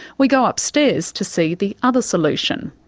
we go upstairs to see the other solution,